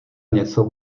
něco